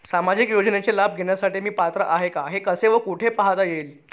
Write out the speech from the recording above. सामाजिक योजनेचा लाभ घेण्यास मी पात्र आहे का हे कसे व कुठे पाहता येईल?